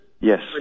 Yes